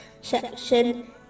section